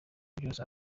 byose